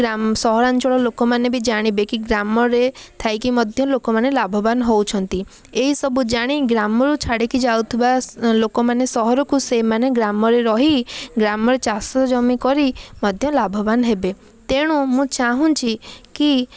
ସହରାଞ୍ଚଳ ଲୋକମାନେ ବି ଜାଣିବେ କି ଗ୍ରାମରେ ଥାଇକି ମଧ୍ୟ ଲୋକମାନେ ଲାଭବାନ ହେଉଛନ୍ତି ଏଇ ସବୁ ଜାଣି ଗ୍ରାମରୁ ଛାଡ଼ିଯାଉଥିବା ଲୋକମାନେ ସହରକୁ ସେଇମାନେ ଗ୍ରାମରେ ରହି ଗ୍ରାମରେ ଚାଷ ଜମି କରି ମଧ୍ୟ ଲାଭବାନ ହେବେ ତେଣୁ ମୁଁ ଚାହୁଁଛି କି